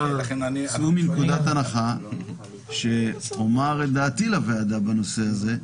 צאו מנקודה הנחה שאומר את דעתי לוועדה בנושא הזה.